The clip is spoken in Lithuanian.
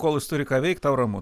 kol jis turi ką veikt tau ramu